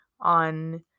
on